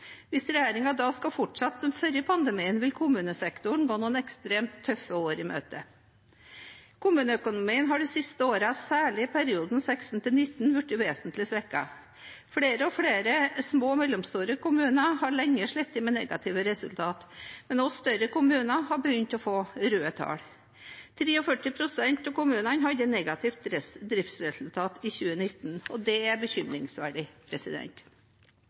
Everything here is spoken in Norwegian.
Hvis regjeringen da skal fortsette som før pandemien, vil kommunesektoren gå noen ekstremt tøffe år i møte. Kommuneøkonomien har de siste årene, særlig i perioden 2016–2019, blitt vesentlig svekket. Flere og flere små og mellomstore kommuner har lenge slitt med negative resultater, men også større kommuner har begynt å få røde tall. 43 pst. av kommunene hadde negativt driftsresultat i 2019. Det er